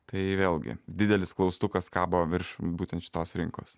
tai vėlgi didelis klaustukas kabo virš būtent šitos rinkos